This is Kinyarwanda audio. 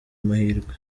mahirwe